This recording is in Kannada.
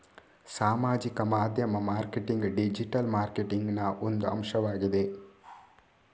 ಸಾಮಾಜಿಕ ಮಾಧ್ಯಮ ಮಾರ್ಕೆಟಿಂಗ್ ಡಿಜಿಟಲ್ ಮಾರ್ಕೆಟಿಂಗಿನ ಒಂದು ಅಂಶವಾಗಿದೆ